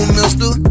Mister